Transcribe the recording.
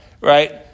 right